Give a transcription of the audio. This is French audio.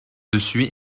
dessus